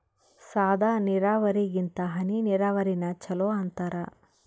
ಸಾದ ನೀರಾವರಿಗಿಂತ ಹನಿ ನೀರಾವರಿನ ಚಲೋ ಅಂತಾರ